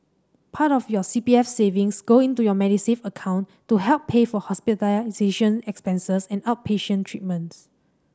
part of your C P F savings go into your Medisave account to help pay for hospitalization expenses and outpatient treatments